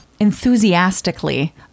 enthusiastically